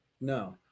no